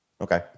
Okay